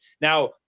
Now